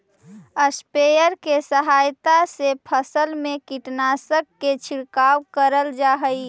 sprayer के सहायता से फसल में कीटनाशक के छिड़काव करल जा हई